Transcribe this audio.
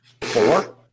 Four